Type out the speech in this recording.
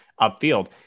upfield